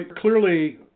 Clearly